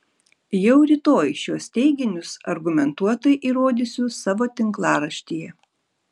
jau rytoj šiuos teiginius argumentuotai įrodysiu savo tinklaraštyje